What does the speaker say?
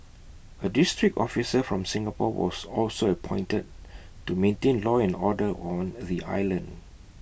A district officer from Singapore was also appointed to maintain law and order on the island